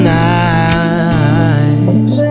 nice